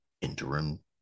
interim